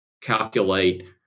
calculate